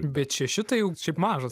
bet šeši tai jau šiaip mažas